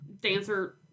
dancer